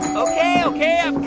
ok, ok,